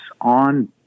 on